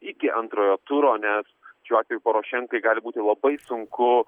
iki antrojo turo nes šiuo atveju porošenkai gali būti labai sunku